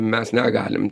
mes negalim